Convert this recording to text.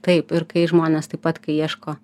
taip ir kai žmonės taip pat kai ieško